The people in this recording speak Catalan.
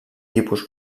tipus